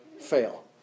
fail